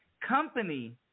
company